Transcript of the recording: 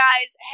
guys